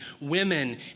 women